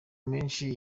menshi